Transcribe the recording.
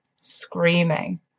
screaming